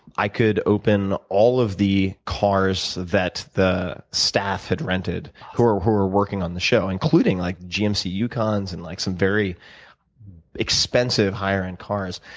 i could open all of the cars that the staff had rented, who are who are working on the show, including like gmc yukon's and like some very expensive higher end cars.